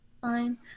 fine